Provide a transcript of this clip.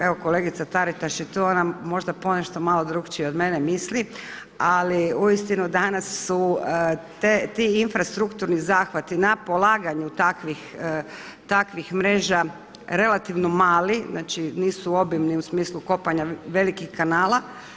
Evo kolegica Taritaš je tu ona možda ponešto malo drukčije od mene misli ali uistinu su ti infrastrukturni zahvati na polaganju takvih mreža relativno mali, znači nisu obimni u smislu kopanja velikih kanala.